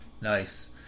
Nice